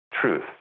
truth